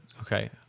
Okay